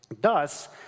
Thus